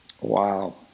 Wow